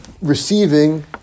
receiving